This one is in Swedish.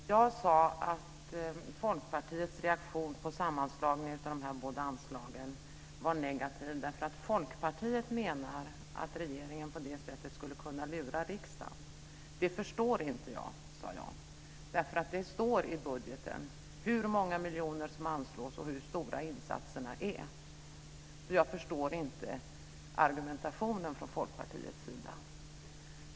Fru talman! Jag sade att Folkpartiets reaktion på sammanslagningen av de här båda anslagen var negativ därför att Folkpartiet menar att regeringen på det sättet skulle kunna lura riksdagen. Jag förstår inte det, sade jag, eftersom det i budgeten står hur många miljoner som anslås och hur stora insatserna är. Jag förstår alltså inte argumentationen från Folkpartiets sida.